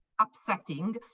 upsetting